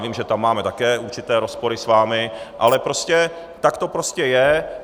Vím, že tam máme také určité rozpory s vámi, ale tak to prostě je.